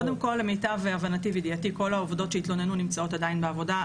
קודם כל למיטב הבנתי וידיעתי כל העובדות שהתלוננו נמצאות עדיין בעבודה,